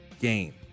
game